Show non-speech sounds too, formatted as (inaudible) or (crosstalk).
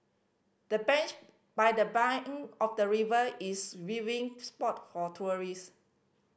the bench by the bank of the river is (unintelligible) spot for tourist